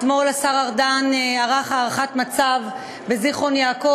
אתמול ערך השר ארדן הערכת מצב בזיכרון-יעקב.